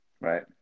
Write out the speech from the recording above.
Right